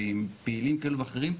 ועם פעילות כאלה ואחרים,